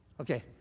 Okay